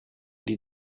die